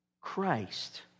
Christ